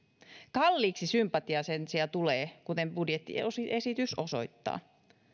kalliiksi sympatia sen sijaan tulee kuten budjettiesitys osoittaa